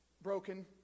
Broken